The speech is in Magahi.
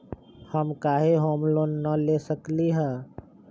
हम काहे होम लोन न ले सकली ह?